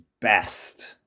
best